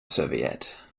serviette